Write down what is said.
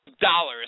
Dollars